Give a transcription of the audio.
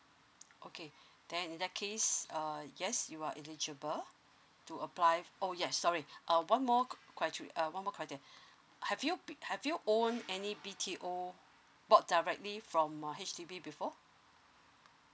okay then in that case uh yes you are eligible to apply oh ya sorry uh one more criter~ uh one more criteria have you B have you own any B_T_O bought directly from um H_D_B before